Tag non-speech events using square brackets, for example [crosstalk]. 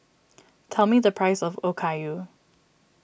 [noise] tell me the price of Okayu